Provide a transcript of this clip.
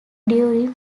during